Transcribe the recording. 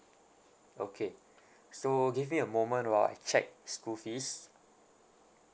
okay so give me a moment while I check school fees